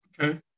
Okay